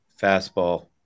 fastball